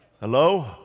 Hello